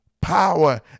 power